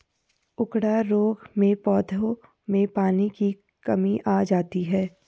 उकडा रोग में पौधों में पानी की कमी आ जाती है